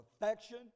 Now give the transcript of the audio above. affection